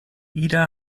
ida